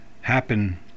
happen